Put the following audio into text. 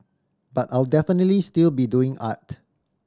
but I'll definitely still be doing art